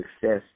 success